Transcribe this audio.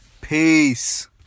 Peace